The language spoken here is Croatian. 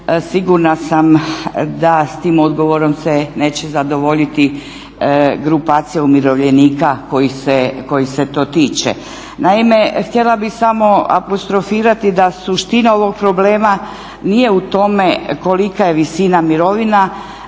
sigurna sam da s tim odgovorom se neće zadovoljiti grupacija umirovljenika kojih se to tiče. Naime, htjela bih samo apostrofirati da suština ovog problema nije u tome kolika je visina mirovina